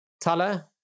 Tala